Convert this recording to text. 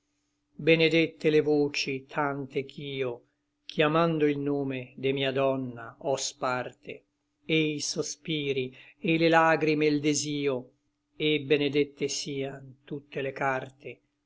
benedette le voci tante ch'io chiamando il nome de mia donna ò sparte e i sospiri et le lagrime e l desio et benedette sian tutte le carte